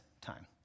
time